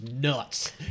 nuts